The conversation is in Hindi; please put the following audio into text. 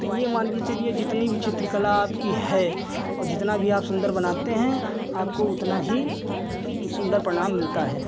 तो यह मानकर चलिए जितनी भी चित्रकला आपकी है और जितना भी आप सुन्दर बनाते हैं आपको उतना ही सुन्दर परिणाम मिलता है